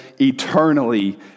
eternally